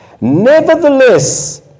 Nevertheless